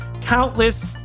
countless